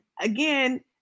again